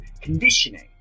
conditioning